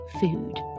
food